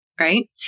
Right